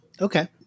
Okay